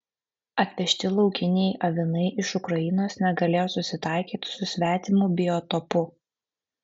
atvežti laukiniai avinai iš ukrainos negalėjo susitaikyti su svetimu biotopu